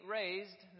raised